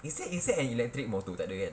is there is there an electric motor tak ada kan